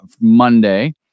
Monday